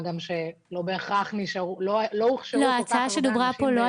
מה גם שלא בהכרח הוכשרו כל כך הרבה אנשים ב-1989.